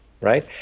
right